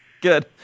Good